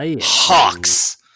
Hawks